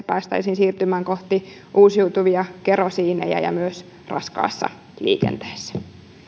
päästäisiin siirtymään kohti uusiutuvia kerosiineja myös raskaassa liikenteessä